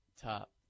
Top